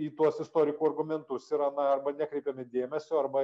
į tuos istorikų argumentus yra na arba nekreipiame dėmesio arba